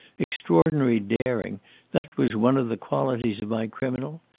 extraordinary daring that was one of the qualities of my criminal.